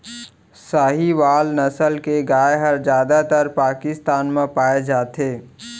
साहीवाल नसल के गाय हर जादातर पाकिस्तान म पाए जाथे